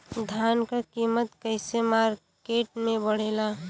धान क कीमत कईसे मार्केट में बड़ेला?